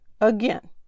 again